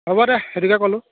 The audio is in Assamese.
হ'ব দে সেইটোকে ক'লোঁ